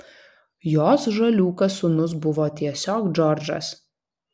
jos žaliūkas sūnus buvo tiesiog džordžas